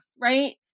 right